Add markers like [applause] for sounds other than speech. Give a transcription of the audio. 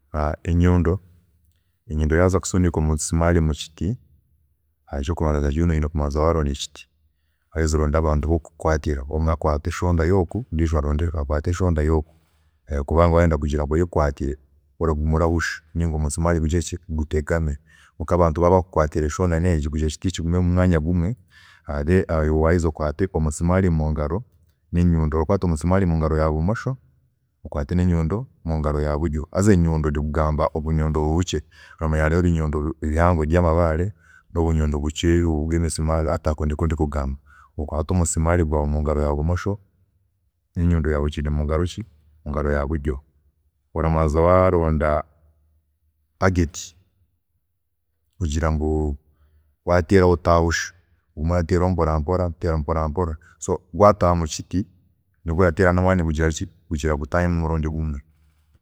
[hesitation] Enyondo enyondo yaaza kusundika omusimaari omukiti [hesitation] ekyokubanza kya byoona oyine kubanza wabona ekiti, waheza oronde abantu abokukukwatiraho omwe akwate eshonda yooku, ondeijo akwate eshonda yooku, [hesitation] kubanga wayenda kugira ngu oyekwatire, oraguma orahusha ninga omusimaari gugireki gutegame kwonka abantu baaba bakukwatiire eshonda negi kugira ekiti kigume omumwanya gumwe, [hesitation] then waheza okwaate omusimaari mungaro nenyundo, orakwaata omusimaari omungaro yabumosho, nenyondo omungaro ya buryo, haza enyundo ndi kugamba obunyundo obu obukye, oramanya hariho ebinyundo ebi ebihango ebyamabaare nobunyundo obukye obu obwemisimaari, hati ako niko ndi kugamba, orakwaata omusimaari mungaro ya bumosho, nenyundo mungaro ya buryo orabanza waronda target, kugira ngu wateeraho gutahusha, ogume orateeramu mpora mpora orateeraho mpora mpora so gwataaha mukiti niho orateera namaani kugira ngu gutaahemu omurundi gumwe.